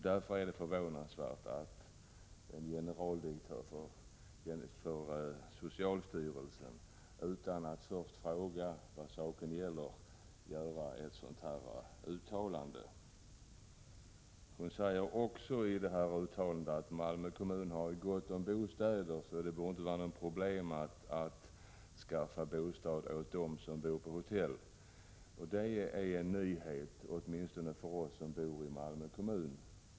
Därför är det förvånande att generaldirektören för socialstyrelsen utan att först fråga vad saken gäller gör ett sådant här uttalande. Generaldirektör Sandlund sade också i detta uttalande att Malmö kommun har gott om bostäder; det borde inte vara något problem att skaffa bostäder åt dem som bor på hotell. Det var en nyhet åtminstone för oss som bor i Malmö kommun.